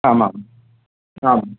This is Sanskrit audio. आमाम् आम्